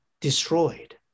destroyed